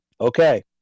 okay